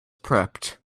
prepped